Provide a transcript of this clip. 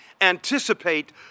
anticipate